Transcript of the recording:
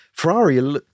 Ferrari